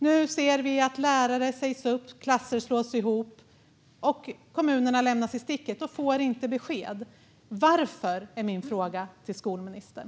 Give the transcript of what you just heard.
Nu ser vi att lärare sägs upp och klasser slås ihop. Kommunerna lämnas i sticket och får inte besked. Varför, är min fråga till skolministern.